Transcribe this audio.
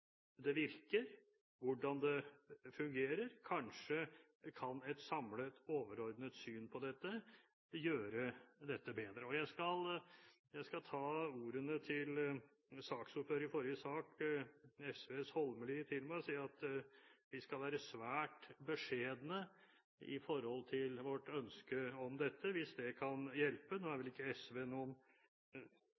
det virker – hvordan det fungerer. Kanskje kan et samlet, overordnet syn på dette gjøre dette bedre. Jeg skal ta ordene til saksordfører i forrige sak, Sosialistisk Venstrepartis Holmelid, til meg og si at vi skal være svært beskjedne i vårt ønske om dette, hvis det kan hjelpe. Nå er vel